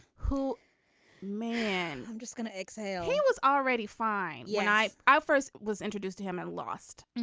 who man i'm just going to exhale. he was already fine. yeah i i first was introduced to him and lost him.